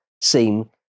seem